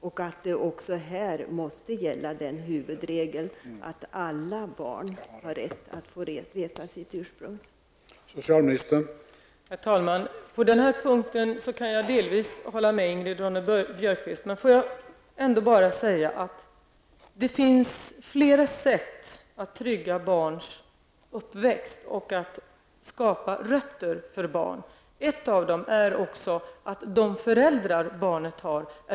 Även här måste huvudregeln att alla barn ha rätt att få veta sitt ursprung gälla.